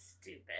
Stupid